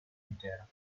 intera